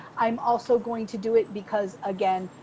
i'm also going to do it because, again,